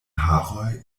haroj